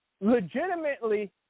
legitimately